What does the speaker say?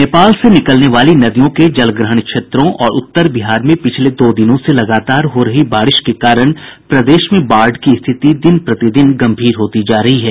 नेपाल से निकलने वाली नदियों के जलग्रहण क्षेत्रों और उत्तर बिहार में पिछले दो दिनों से लगातार हो रही बारिश के कारण प्रदेश में बाढ़ की स्थिति दिन प्रतिदिन गंभीर होती जा रही है